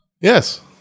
Yes